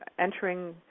entering